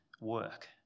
work